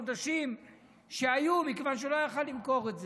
חודשים שהיו מכיוון שהוא לא היה יכול למכור את זה.